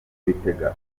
bitega